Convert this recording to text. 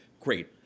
great